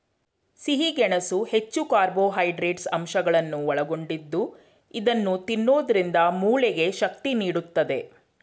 ಸಿಹಿ ಗೆಣಸು ಹೆಚ್ಚು ಕಾರ್ಬೋಹೈಡ್ರೇಟ್ಸ್ ಅಂಶಗಳನ್ನು ಒಳಗೊಂಡಿದ್ದು ಇದನ್ನು ತಿನ್ನೋದ್ರಿಂದ ಮೂಳೆಗೆ ಶಕ್ತಿ ನೀಡುತ್ತದೆ